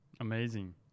Amazing